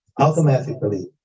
automatically